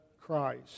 christ